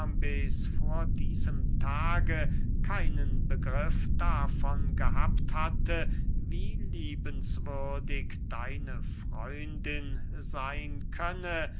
vor diesem tage keinen begriff davon gehabt hatte wie liebenswürdig deine freundin seyn könne